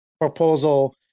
proposal